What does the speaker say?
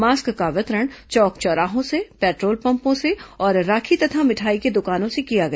mask का वितरण चौक चौराहों से पेट्रोल पम्पों से और राखी तथा मिठाई की दुकानों से किया गया